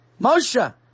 Moshe